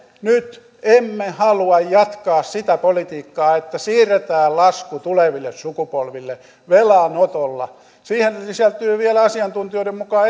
nyt emme halua jatkaa sitä politiikkaa että siirretään lasku tuleville sukupolville velanotolla siihen sisältyy vielä asiantuntijoiden mukaan